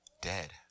dead